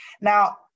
Now